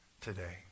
today